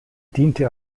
diente